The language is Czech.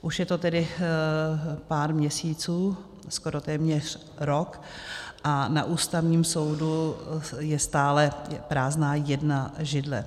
Už je to tedy pár měsíců, skoro téměř rok, a na Ústavním soudu je stále prázdná jedna židle.